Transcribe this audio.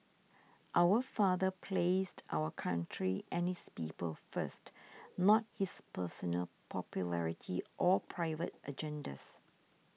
our father placed our country and his people first not his personal popularity or private agendas